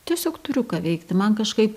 tiesiog turiu ką veikti man kažkaip